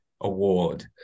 award